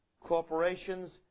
corporations